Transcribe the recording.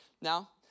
now